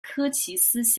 科奇斯